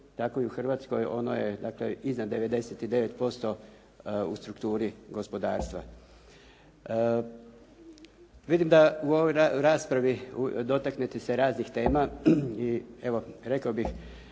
tako i u Hrvatskoj ono je dakle iznad 99% u strukturi gospodarstva. Vidim da u ovoj raspravi dotakli ste se raznih tema, i evo rekao bih